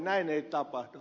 näin ei tapahdu